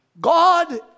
God